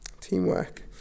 teamwork